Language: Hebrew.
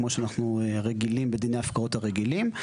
כמו שאנחנו רגילים בדיני ההפקעות הרגילות.